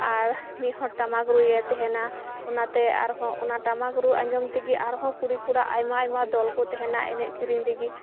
ᱟᱨ ᱢᱤᱜ ᱦᱚᱲ ᱴᱟᱢᱟᱠ ᱨᱩᱭᱮ ᱛᱟᱦᱮᱸᱱᱟ ᱚᱱᱟᱛᱮ ᱟᱨ ᱦᱚᱸ ᱚᱱᱟᱴᱟᱜ ᱴᱟᱢᱟᱠ ᱨᱩ ᱟᱸᱡᱚᱢ ᱛᱮᱜᱮ ᱟᱨ ᱦᱚᱸ ᱠᱩᱲᱤ ᱠᱚᱲᱟ ᱟᱭᱢᱟ ᱟᱭᱢᱟ ᱫᱚᱞ ᱠᱚ ᱛᱟᱦᱮᱸᱱᱟ ᱮᱱᱮᱡ ᱥᱮᱨᱮᱧ ᱞᱟᱹᱜᱤᱫ